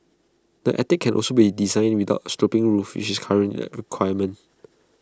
the attic can also be designed without A sloping roof which is currently A requirement